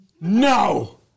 No